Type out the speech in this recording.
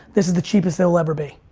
this is the cheapest he'll ever be.